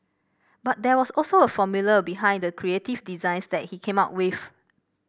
but there was also a formula behind the creative designs that he came up with